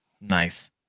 Nice